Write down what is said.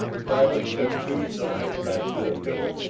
travis took two strides back to the pillar,